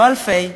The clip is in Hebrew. לא אלפים,